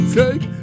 take